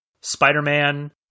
Spider-Man